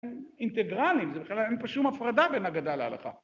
אינטגרלים זה בכלל אין פה שום הפרדה בין הגדה להלכה